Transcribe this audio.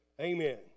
amen